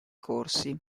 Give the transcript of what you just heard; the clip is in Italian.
corsi